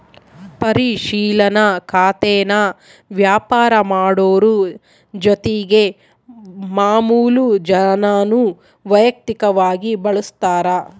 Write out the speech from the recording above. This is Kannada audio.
ಪರಿಶಿಲನಾ ಖಾತೇನಾ ವ್ಯಾಪಾರ ಮಾಡೋರು ಜೊತಿಗೆ ಮಾಮುಲು ಜನಾನೂ ವೈಯಕ್ತಕವಾಗಿ ಬಳುಸ್ತಾರ